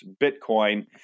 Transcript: Bitcoin